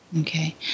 Okay